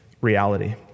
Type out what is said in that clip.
reality